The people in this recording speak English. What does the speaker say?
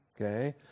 okay